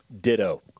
Ditto